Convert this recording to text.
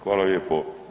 Hvala lijepo.